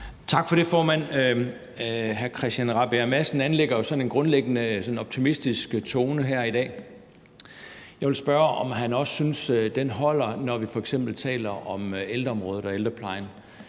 Tak for det, formand. Hr. Christian Rabjerg Madsen anlægger jo sådan en grundlæggende optimistisk tone her i dag. Jeg vil spørge, om han også synes, at den holder, når vi f.eks. taler om ældreområdet og ældreplejen.